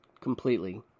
completely